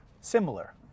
similar